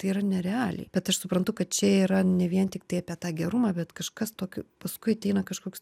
tai yra nerealiai bet aš suprantu kad čia yra ne vien tiktai apie tą gerumą bet kažkas tokio paskui ateina kažkoks